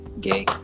Gay